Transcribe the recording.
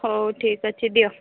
ହଉ ଠିକ୍ ଅଛି ଦିଅ